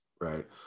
right